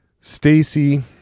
Stacy